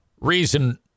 reason